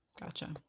Gotcha